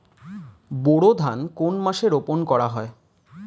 বোরো ধান কোন মাসে রোপণ করা হয়?